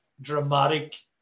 dramatic